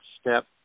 step